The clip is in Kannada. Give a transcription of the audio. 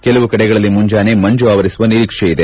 ಕೆಲವು ಕಡೆಗಳಲ್ಲಿ ಮುಂಜಾನೆ ಮಂಜು ಆವರಿಸುವ ನಿರೀಕ್ಷೆಯಿದೆ